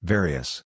Various